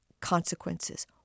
consequences